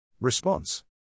response